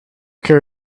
care